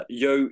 yo